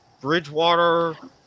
Bridgewater